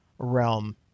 Realm